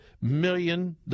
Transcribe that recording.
million